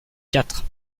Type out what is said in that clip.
quatre